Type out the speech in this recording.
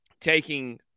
taking